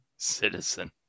citizen